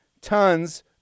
tons